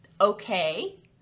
okay